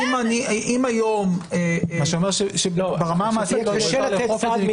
מה שזה אומר ברמה המעשית שהוא לא יוכל לאכוף.